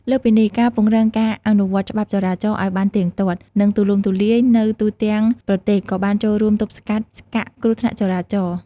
លើសពីនេះ ការពង្រឹងការអនុវត្តច្បាប់ចរាចរណ៍ឱ្យបានទៀងទាត់ និងទូលំទូលាយនៅទូទាំងប្រទេសក៏បានចូលរួមទប់ស្កាត់ស្កាក់គ្រោះថ្នាក់ចរាចរណ៍។